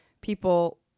people